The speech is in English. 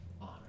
honor